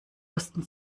osten